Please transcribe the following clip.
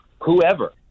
whoever